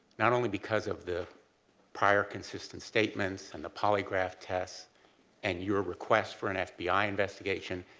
not only because of the prior consistent statements and the polygraph test and your request for an fbi investigation.